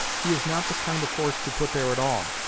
he is not the kind of horse to put there at all.